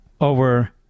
over